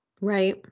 Right